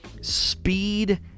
speed